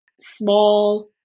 small